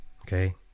Okay